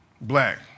black